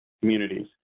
communities